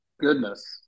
goodness